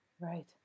Right